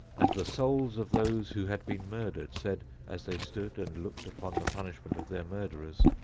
and the souls of those who had been murdered said, as they stood and looked upon the punishment of their murderers,